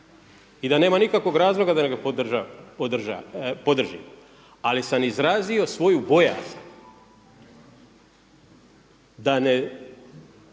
i da nema nikakvog razloga da ga ne podržim. Ali sam izrazio svoju bojazan da ne